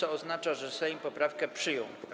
To oznacza, że Sejm poprawki przyjął.